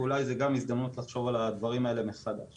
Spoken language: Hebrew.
ואולי זו גם הזדמנות לחשוב על הדברים האלה מחדש.